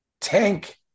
Tank